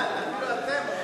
אפילו אתם לא הצלחתם להפיל אותי.